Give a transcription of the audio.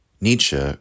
nietzsche